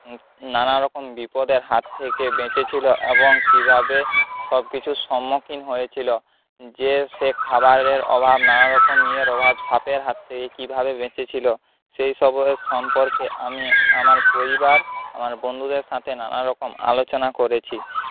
নানারকম বিপদের হাত থেকে বেঁচেছিলো এবং কীভাবে সবকিছুর সম্মুখীন হয়েছিলো যে সে খাবারের অভাব নানারকম ইয়ের অভাব সাপের হাত থেকে কীভাবে বেঁচেছিলো সেই সম্পর্কে আমি আমার পরিবার আমার বন্ধুদের সাথে নানারকম আলোচনা করেছি